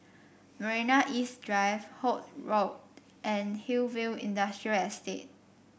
Marina East Drive Holt Road and Hillview Industrial Estate